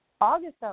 August